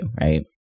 right